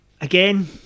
Again